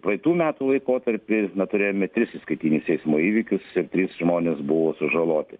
praeitų metų laikotarpį na turėjome tris įskaitinius eismo įvykius ir trys žmonės buvo sužaloti